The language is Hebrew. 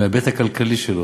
בהיבט הכלכלי שלו,